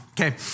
Okay